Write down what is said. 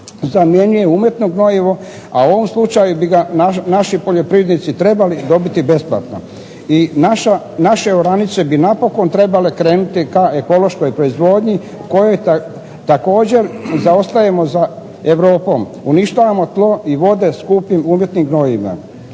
zamjenjuje umjetno gnojivo, a u ovom slučaju bi ga naši poljoprivrednici trebali dobiti besplatno. I naše oranice bi napokon trebale krenuti ka ekološkoj proizvodnji u kojoj također zaostajemo za Europom. Uništavamo tlo i vode skupim umjetnim gnojivima.